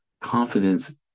Confidence